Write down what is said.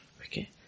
okay